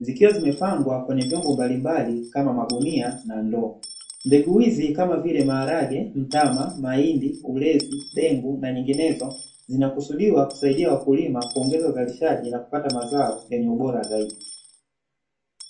Zikiwa zimepangwa kwenye vyombo mbalimbali kama magunia na ndoo. Mbegu hizi kama vile maharage, mtama, mahindi, ulezi, dengu na nyinginezo zinakusudiwa kusaidia wakulima kuongeza uzalishaji na kupata mazao yenye ubora zaidi.